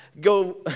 go